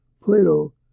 Plato